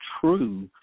true